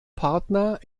partner